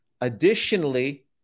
Additionally